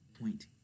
point